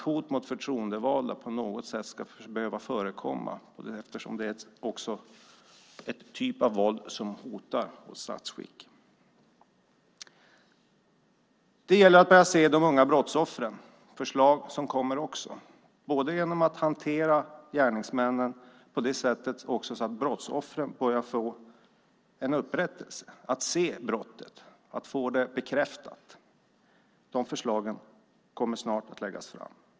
Hot mot förtroendevalda ska inte behöva förekomma. Det är en typ av våld som hotar vårt statsskick. Det gäller att börja se de unga brottsoffren. Det är också förslag som kommer. Det handlar om att hantera gärningsmännen så att brottsoffren också får en upprättelse, att se brottet och få det bekräftat. De förslagen kommer snart att läggas fram.